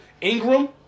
Ingram